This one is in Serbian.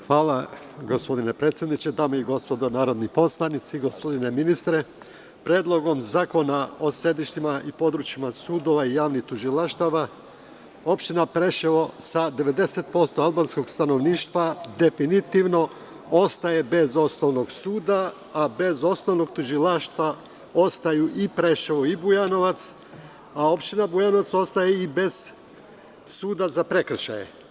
Hvala gospodine predsedniče, dame i gospodo narodni poslanici, gospodine ministre, Predlogom zakona o sedištima i područjima sudova i javnih tužilaštava opština Preševo sa 90% albanskog stanovništva definitivno ostaje bez osnovnog suda, a bez osnovnog tužilaštva ostaju i Preševo i Bujanovac, a opština Bujanovac ostaje i bez suda za prekršaje.